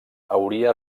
hauria